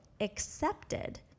accepted